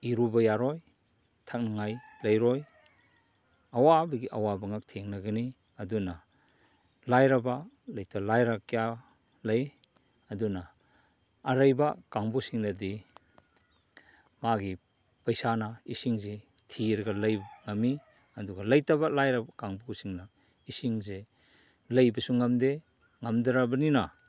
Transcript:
ꯏꯔꯨꯕ ꯌꯥꯔꯣꯏ ꯊꯛꯅꯉꯥꯏ ꯂꯩꯔꯣꯏ ꯑꯋꯥꯕꯒꯤ ꯑꯋꯥꯕ ꯉꯥꯛ ꯊꯦꯡꯅꯒꯅꯤ ꯑꯗꯨꯅ ꯂꯥꯏꯔꯕ ꯂꯩꯇ ꯂꯥꯏꯔ ꯀꯌꯥ ꯂꯩ ꯑꯗꯨꯅ ꯑꯔꯩꯕ ꯀꯥꯡꯕꯨꯁꯤꯡꯗꯗꯤ ꯃꯥꯒꯤ ꯄꯩꯁꯥꯅ ꯏꯁꯤꯡꯁꯤ ꯊꯤꯔꯒ ꯂꯩꯕ ꯉꯝꯃꯤ ꯑꯗꯨꯒ ꯂꯩꯇꯕ ꯂꯥꯏꯔꯕ ꯀꯥꯡꯕꯨꯁꯤꯡꯅ ꯏꯁꯤꯡꯁꯦ ꯂꯩꯕꯁꯨ ꯉꯝꯗꯦ ꯉꯝꯗ꯭ꯔꯕꯅꯤꯅ